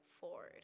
forward